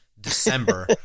December